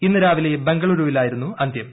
ഇന്ന് രാവിലെ ബാംഗളുരുവിലായിരുന്നു അന്ത്യം